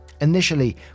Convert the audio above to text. Initially